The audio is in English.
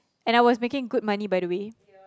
and I was making good money by the way